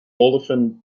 olefin